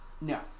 No